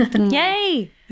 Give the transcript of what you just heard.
Yay